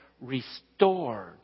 restored